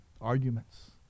arguments